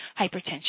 hypertension